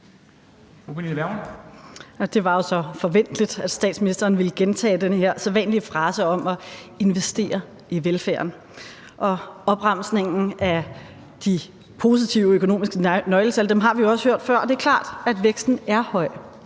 Det var jo så forventeligt, at statsministeren ville gentage den her sædvanlige frase om at investere i velfærden og opremsningen af de positive økonomiske nøgletal. Dem har vi også hørt før, og det er klart, at væksten er høj,